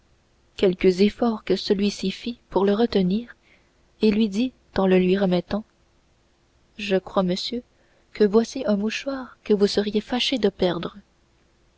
quelques efforts que celui-ci fît pour le retenir et lui dit en le lui remettant je crois monsieur que voici un mouchoir que vous seriez fâché de perdre